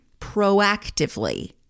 proactively